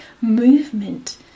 movement